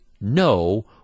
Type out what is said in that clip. no